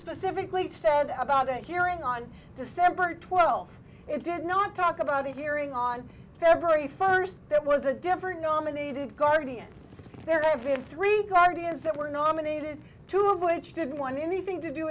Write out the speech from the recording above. specifically said about the hearing on december twelfth and did not talk about it hearing on february first that was a different nominated guardian there have been three guardians that were nominated two of which didn't want anything to do